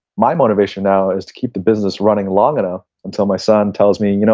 my motivation now is to keep the business running long enough until my son tells me, you know